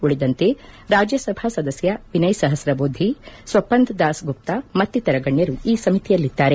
ಉಳಿದಂತೆ ರಾಜ್ಯಸಭಾ ಸದಸ್ಯ ವಿನಯ್ ಸಹಸ್ರಬುದ್ದಿ ಸ್ನಪಂದ್ದಾಸ್ ಗುಪ್ತ ಮತ್ತಿತರ ಗಣ್ಯರು ಈ ಸಮಿತಿಯಲ್ಲಿದ್ದಾರೆ